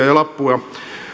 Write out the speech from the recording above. ja lappua